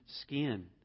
skin